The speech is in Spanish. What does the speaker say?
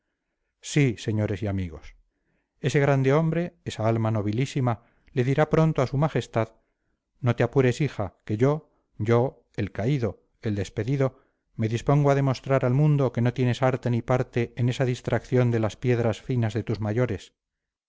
sí señores y amigos ese grande hombre esa alma nobilísima le dirá pronto a su majestad no te apures hija que yo yo el caído el despedido me dispongo a demostrar al mundo que no tienes arte ni parte en esa distracción de las piedras finas de tus mayores